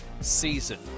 season